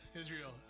Israel